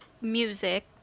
music